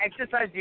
Exercise